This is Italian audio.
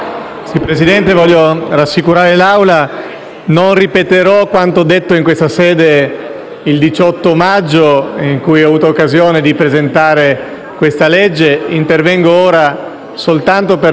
non ripeterò quanto detto in questa sede il 18 maggio, quando ho avuto occasione di presentare la legge. Intervengo solo per depositare alcuni emendamenti del relatore,